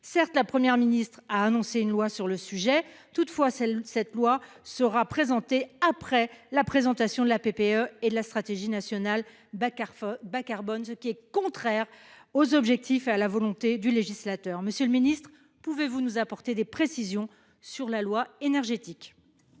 Certes, la Première ministre a annoncé une loi sur le sujet. Toutefois celle cette loi sera présenté après la présentation de la PPE et la stratégie nationale bas-carbone bas-carbone. Ce qui est contraire aux objectifs à la volonté du législateur. Monsieur le Ministre, pouvez-vous nous apporter des précisions sur la loi énergétique.